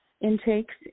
intakes